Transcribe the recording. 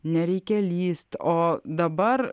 nereikia lįst o dabar